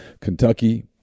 Kentucky